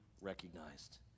recognized